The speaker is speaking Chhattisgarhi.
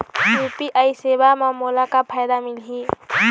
यू.पी.आई सेवा म मोला का फायदा मिलही?